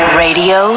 radio